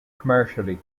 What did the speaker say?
commercially